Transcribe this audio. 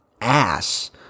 ass